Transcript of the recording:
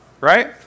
Right